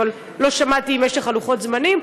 אבל לא שמעתי אם יש לך לוחות זמנים.